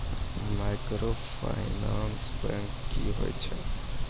Microfinance bank की होय छै?